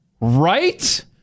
Right